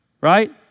Right